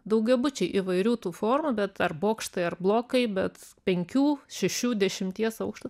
daugiabučiai įvairių tų formų bet ar bokštai ar blokai bet penkių šešių dešimties aukštų